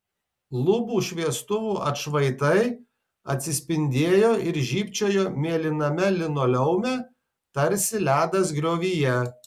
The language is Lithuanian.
lubų šviestuvų atšvaitai atsispindėjo ir žybčiojo mėlyname linoleume tarsi ledas griovyje